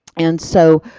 and so,